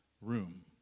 room